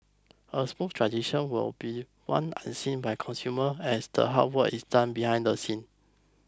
a smooth transition will be one unseen by consumer as the hard work is done behind the scenes